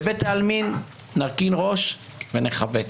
בבית העלמין נרכין ראש ונחבק.